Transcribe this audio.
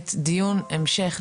דיון המשך,